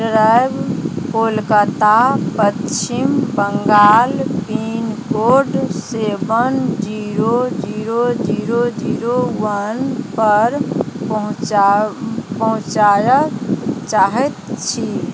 drive Kolkata पच्छिम Bengal pin code seven zero zero zero zero one पर पहुँचय चाहैत छी